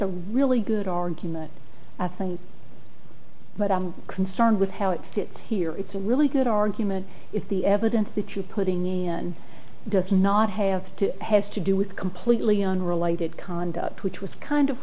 a really good argument but i'm concerned with how it fits here it's a really good argument if the evidence that you're putting in does not have to has to do with completely unrelated conduct which was kind of